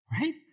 right